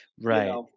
Right